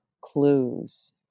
clues